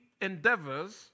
endeavors